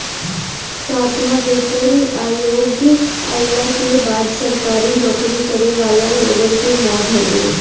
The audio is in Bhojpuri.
सातवां वेतन आयोग आईला के बाद सरकारी नोकरी करे वाला लोगन के मौज हो गईल